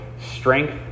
strength